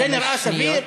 זה נראה סביר?